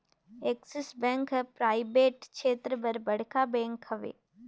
axis bank हर private छेत्र कर बड़खा बेंक हवे